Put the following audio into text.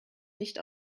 nicht